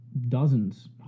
dozens